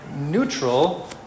neutral